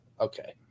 okay